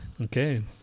Okay